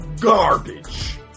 Garbage